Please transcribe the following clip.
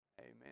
Amen